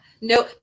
no